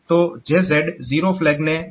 તો JZ zero ફ્લેગને check કરશે